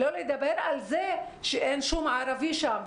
שלא לדבר על זה שאין שום ערבי שם.